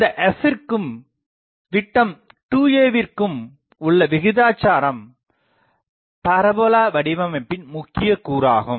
இந்த fற்கும் விட்டம் 2aவிற்கும் உள்ள விகிதாச்சாரம் பாரபோல வடிவமைப்பின் முக்கியக் கூறாகும்